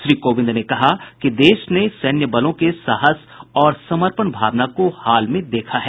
श्री कोविंद ने कहा कि देश ने सैन्य बलों के साहस और समर्पण भावना को हाल में देखा है